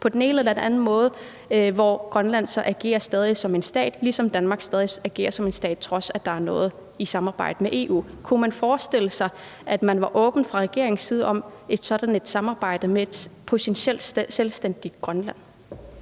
på den ene eller anden måde, hvor Grønland så stadig agerer som en stat, ligesom Danmark stadig agerer som en stat, selv om noget sker i samarbejde med EU. Kunne man forestille sig, at man fra regeringens side var åben over for sådan et samarbejde med et potentielt selvstændigt Grønland?